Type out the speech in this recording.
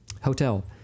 hotel